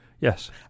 Yes